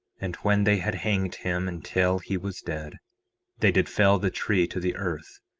and when they had hanged him until he was dead they did fell the tree to the earth,